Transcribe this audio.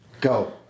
Go